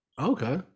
Okay